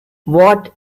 what